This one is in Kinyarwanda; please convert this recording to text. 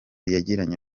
yagiranye